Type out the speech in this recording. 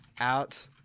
out